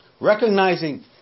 Recognizing